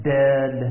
dead